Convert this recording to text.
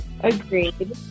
agreed